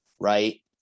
right